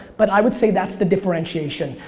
but i would say that's the differentiation.